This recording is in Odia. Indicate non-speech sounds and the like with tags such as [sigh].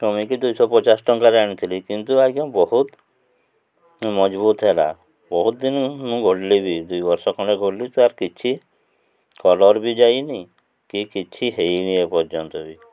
ତମେ କି ଦୁଇଶହ ପଚାଶ ଟଙ୍କାରେ ଆଣିଥିଲି କିନ୍ତୁ ଆଜ୍ଞା ବହୁତ ମଜବୁତ୍ ହେଲା ବହୁତ ଦିନ ମୁଁ [unintelligible] ଦୁଇ ବର୍ଷ ଖଣ୍ଡେ [unintelligible] ତୁ ତାର୍ କିଛି କଲର୍ ବି ଯାଇନି କି କିଛି ହେଇନି ଏ ପର୍ଯ୍ୟନ୍ତ ବି